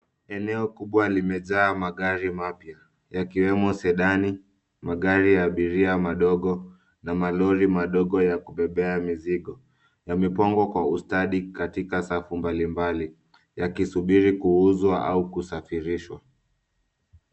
Eneo kubwa limejaa magari mapya ikiwemo sedani, magari ya abiria madogo na malori madogo ya kubebea mizigo. Yamepangwa kwa ustadi katika safu mbalimbali, yakisubiri kuuzwa au kusafirishwa.